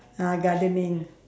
ah gardening